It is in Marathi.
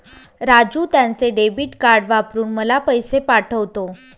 राजू त्याचे डेबिट कार्ड वापरून मला पैसे पाठवतो